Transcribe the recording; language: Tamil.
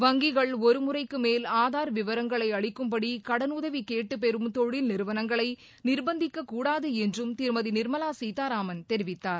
வங்கிகள் ஒரு முறைக்கு மேல் ஆதார் விவரங்களை அளிக்கும்படி கடனுதவி கேட்டு பெறும் தொழில் நிறுவனங்களை நிர்பந்திக்கக்கூடாது என்றும் திருமதி நிர்மலா சீதாராமன் தெரிவித்தார்